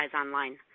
online